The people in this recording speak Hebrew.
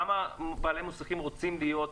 כמה בעלי מוסכים רוצים להיות?